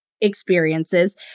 experiences